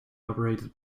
operated